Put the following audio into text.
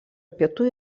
pietų